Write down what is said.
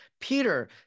Peter